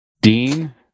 Dean